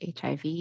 HIV